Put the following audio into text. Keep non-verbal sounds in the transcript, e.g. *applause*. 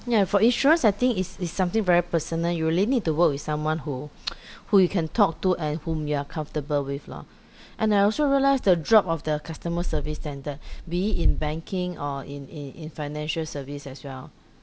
yeah for insurance setting it's it's something very personal you really need to work with someone who *noise* who you can talk to and whom you are comfortable with lor and I also realise the drop of the customer service standard be it in banking or in in in financial service as well